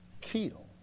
kill